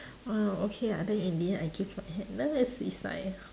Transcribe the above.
oh okay ah then in the end I give my hand then that's is like